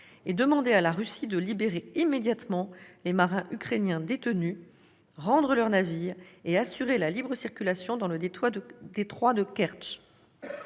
et demandé à la Russie de libérer immédiatement les marins ukrainiens détenus, de rendre leurs navires et d'assurer la libre circulation dans le détroit de Kertch.